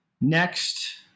next